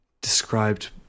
described